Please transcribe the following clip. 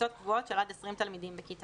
בקבוצות קבועות של עד 20 תלמידים בכיתה.